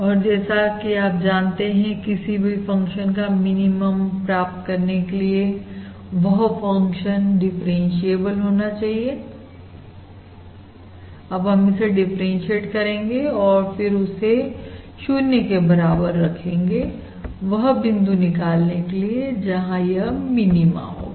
और जैसा की आप जानते हैं किसी भी फंक्शन का मिनिमम प्राप्त करने के लिए वह फंक्शन डिफरेंसीएबल होना चाहिए अब हम इसे डिफरेंसीएट करेंगे और फिर उसे 0 के बराबर रखेंगे वह बिंदु निकालने के लिए जहां यह मिनीमा होगा